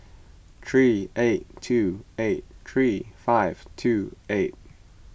three eight two eight three five two eight